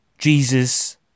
Jesus